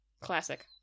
Classic